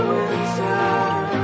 Winter